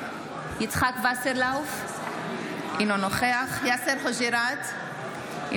אינו נוכח יאסר חוג'יראת,